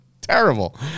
Terrible